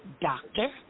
doctor